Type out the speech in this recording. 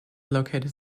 located